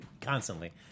constantly